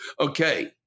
okay